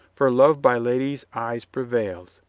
for love by ladies' eyes prevails.